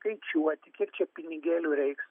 skaičiuoti kiek čia pinigėlių reiks